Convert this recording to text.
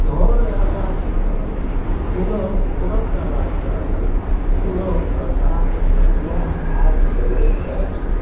घर अएलाके उपरान्त पुनः भोरके आराधन हेतु पुनः प्रसाद ठकुआ आदि बनैत अछि